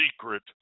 secret